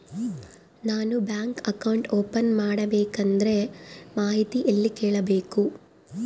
ನಾನು bank account open ಮಾಡಬೇಕಂದ್ರ ಮಾಹಿತಿ ಎಲ್ಲಿ ಕೇಳಬೇಕು?